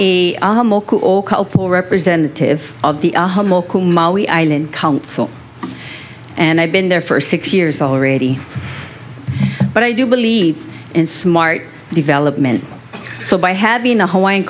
a representative of the council and i've been there for six years already but i do believe in smart development so by having a hawaiian